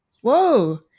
whoa